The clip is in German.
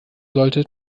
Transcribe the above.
sollte